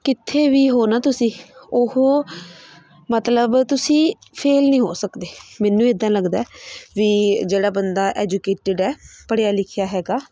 ਕਿੱਥੇ ਵੀ ਹੋ ਨਾ ਤੁਸੀਂ ਉਹ ਮਤਲਬ ਤੁਸੀਂ ਫੇਲ੍ਹ ਨਹੀਂ ਹੋ ਸਕਦੇ ਮੈਨੂੰ ਇੱਦਾਂ ਲੱਗਦਾ ਵੀ ਜਿਹੜਾ ਬੰਦਾ ਐਜੂਕੇਟਿਡ ਹੈ ਪੜ੍ਹਿਆ ਲਿਖਿਆ ਹੈਗਾ